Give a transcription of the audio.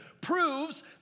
proves